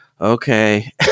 Okay